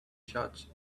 shots